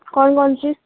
کون کون سی